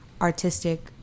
artistic